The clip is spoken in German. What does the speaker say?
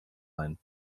ein